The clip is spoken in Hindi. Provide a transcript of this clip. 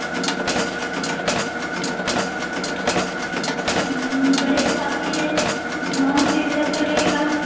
बजट तो काफ़ी है माउंट एक हज़ार रुपया लगेगा